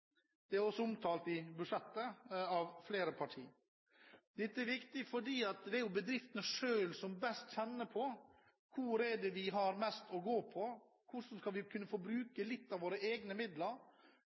Det er også omtalt i budsjettinnstillingen av flere partier. Dette er viktig fordi det er bedriftene selv som best kjenner på hvor det er de har mest å gå på, og hvordan de skal få brukt litt av sine egne midler for å kunne